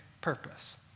purpose